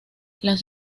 las